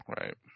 Right